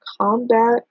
Combat